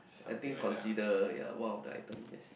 I think consider one of the item yes